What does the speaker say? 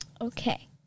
Okay